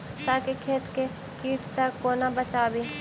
साग केँ खेत केँ कीट सऽ कोना बचाबी?